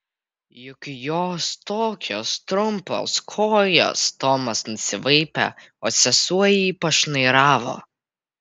juk jos tokios trumpos kojos tomas nusivaipė o sesuo į jį pašnairavo